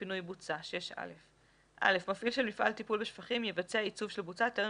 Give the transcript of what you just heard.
בכל מקום במקום "לא יסלק אדם" יבוא "לא יפנה מפעיל".